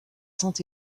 saint